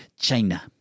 china